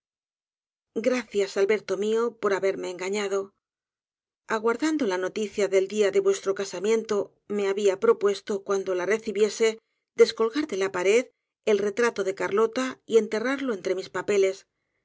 gracias alberto mió por haberme engañado aguardando la noticia del día de vuestro casamiento me había propuesto cuando la recibiese descolgar déla pared el retrato de carlota y enterrarlo entre mis papeles